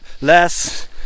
less